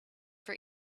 for